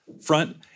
front